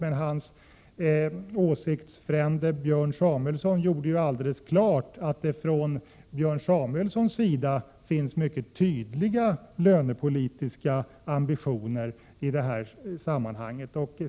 Men Larz Johanssons åsiktsfrände Björn Samuelson gjorde ju alldeles klart att han å sin sida har mycket tydliga lönepolitiska ambitioner i detta sammanhang.